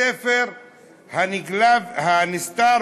הספר הוא "הנגלה והנסתר